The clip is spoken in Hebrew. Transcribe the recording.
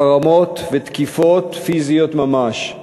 החרמות ותקיפות פיזיות ממש.